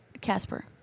Casper